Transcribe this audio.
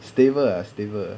stable ah stable